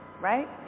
Right